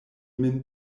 min